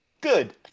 Good